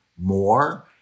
more